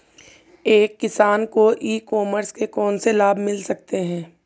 एक किसान को ई कॉमर्स के कौनसे लाभ मिल सकते हैं?